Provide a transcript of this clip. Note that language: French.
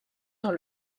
dans